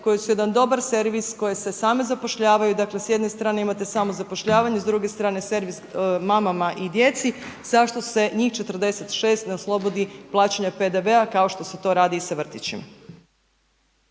koje su jedan dobar servis, koje se same zapošljavaju dakle s jedne strane imate samozapošljavanje, s druge strane servis mamama i djeci, zašto se njih 46 ne oslobodi plaćanja PDV-a kao što se to radi i sa vrtićima.